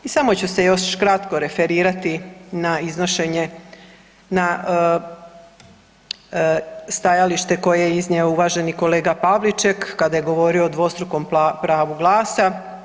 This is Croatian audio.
I samo ću se još kratko referirati na iznošenje, na stajalište koje je iznio uvaženi kolega Pavliček kada je govorio o dvostrukom pravu glasa.